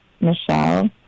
Michelle